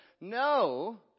no